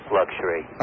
luxury